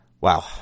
wow